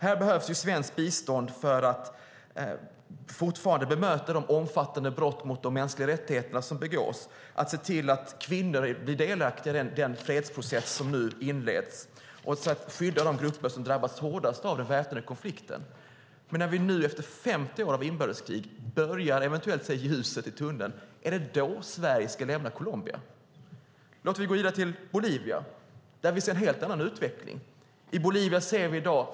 Här behövs svenskt bistånd för att bemöta de omfattande brott mot de mänskliga rättigheterna som begås, för att se till att kvinnor blir delaktiga i den fredsprocess som inletts och för att skydda de grupper som drabbats hårdast av den väpnade konflikten. När vi efter 50 år av inbördeskrig börjar se ett ljus i tunneln, är det då Sverige ska lämna Colombia? I Bolivia ser vi en helt annan utveckling.